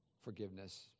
forgiveness